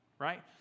right